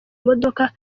imodoka